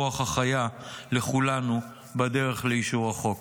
הרוח החיה לכולנו בדרך לאישור החוק.